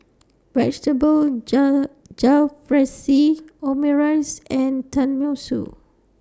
Vegetable Jalfrezi Omurice and Tenmusu